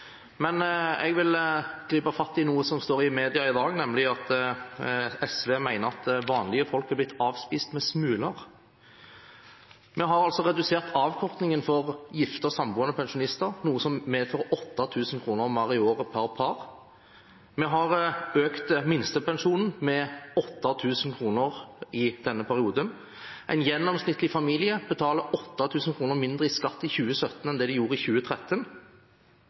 Men jeg vil gripe fatt i noe som står i media i dag, nemlig at SV mener vanlige folk er blitt avspist med smuler. Vi har altså redusert avkortningen for gifte og samboende pensjonister, noe som medfører 8 000 kr mer i året per par. Vi har økt minstepensjonen med 8 000 kr i denne perioden. En gjennomsnittlig familie betaler 8 000 kr mindre i skatt i 2017 enn det de gjorde i 2013.